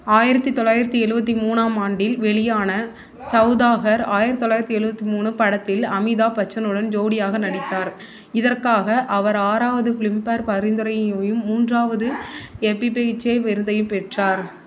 ஆயிரத்து தொள்ளாயிரத்து எழுபத்தி மூணாம் ஆண்டில் வெளியான சவுதாகர் ஆயரத்து தொள்ளாயிரத்து எழுபத்தி மூணு படத்தில் அமிதாப் பச்சனுடன் ஜோடியாக நடித்தார் இதற்காக அவர் ஆறாவது பிலிம்பேர் பரிந்துரையையும் மூன்றாவது விருதையும் பெற்றார்